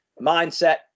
Mindset